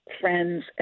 friends